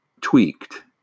tweaked